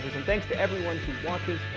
and thanks to everyone who watches.